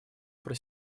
про